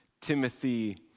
Timothy